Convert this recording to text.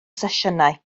sesiynau